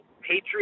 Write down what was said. Patriot